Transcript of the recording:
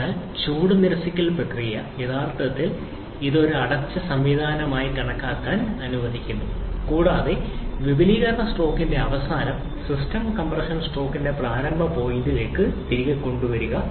അതിനാൽ ചൂട് നിരസിക്കൽ പ്രക്രിയ യഥാർത്ഥത്തിൽ ഇത് ഒരു അടച്ച സംവിധാനമായി കണക്കാക്കാൻ അനുവദിക്കുന്നു കൂടാതെ വിപുലീകരണ സ്ട്രോക്കിന്റെ അവസാനം സിസ്റ്റം കംപ്രഷൻ സ്ട്രോക്കിന്റെ പ്രാരംഭ പോയിന്റിലേക്ക് തിരികെ കൊണ്ടുവരിക